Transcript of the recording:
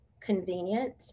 convenient